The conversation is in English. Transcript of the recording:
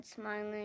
smiling